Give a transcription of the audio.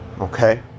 Okay